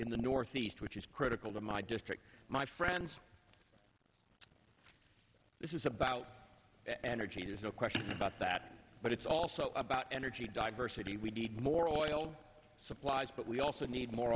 in the northeast which is critical to my district my friends this is about an orgy there's no question about that but it's also about energy diversity we need more oil supplies but we also need more